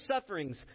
sufferings